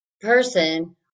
person